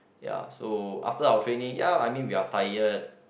ya so after our training ya I mean we are tired